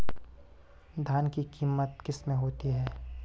धान की कितनी किस्में होती हैं?